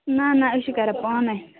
نہَ نہَ أسۍ چھِ کَران پانَے